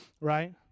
right